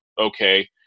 okay